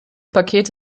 paket